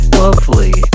lovely